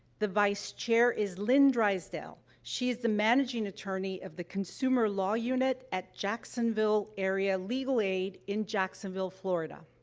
the vice chair is lynn drysdale. she is the managing attorney of the consumer law unit at jacksonville area legal aid in jacksonville, florida.